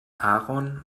aaron